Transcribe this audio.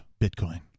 Bitcoin